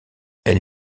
elle